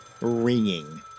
ringing